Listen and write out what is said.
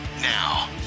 now